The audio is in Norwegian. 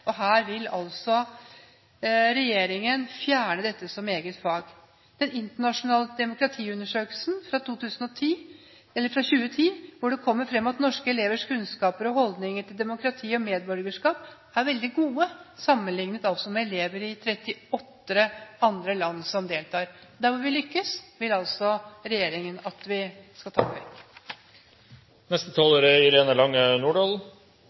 vil altså fjerne dette som eget fag. I den internasjonale demokratiundersøkelsen fra 2010 kom det fram at norske elevers kunnskap om – og holdning til – demokrati og medborgerskap er veldig god sammenlignet med kunnskapen til elever i 38 andre land som deltok. Det vi lykkes i, vil altså regjeringen at vi